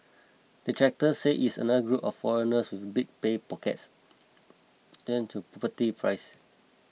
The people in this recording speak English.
detractors say it's just another group of foreigners with big pay packets driving to property prices